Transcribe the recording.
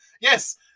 Yes